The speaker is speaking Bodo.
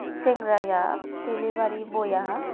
सेंग्राया डिलिभारि बयआ